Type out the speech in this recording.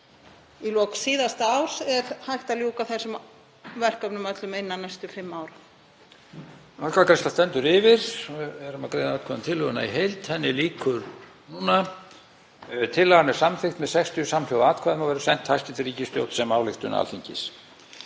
í lok síðasta árs er hægt að ljúka þessum verkefnum öllum innan næstu fimm ára.